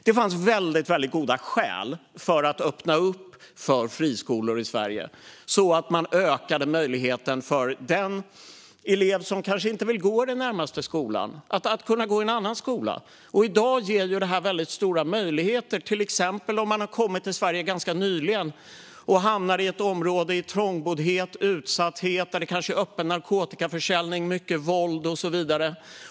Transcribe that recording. Det fanns väldigt goda skäl att öppna för friskolor i Sverige, så att man ökade möjligheten för den elev som kanske inte vill gå i den närmaste skolan att gå i en annan skola. I dag ger detta stora möjligheter. Det kan handla om att man har kommit till Sverige ganska nyligen och hamnat i ett område med trångboddhet, utsatthet, kanske öppen narkotikaförsäljning, våld och så vidare.